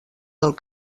del